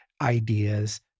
ideas